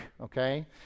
okay